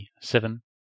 seven